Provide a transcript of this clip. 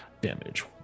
damage